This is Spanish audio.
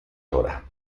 dra